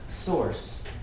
source